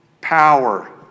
power